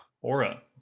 Aura